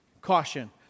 caution